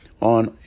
on